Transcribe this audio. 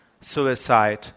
suicide